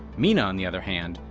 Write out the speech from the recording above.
meena, on the other hand,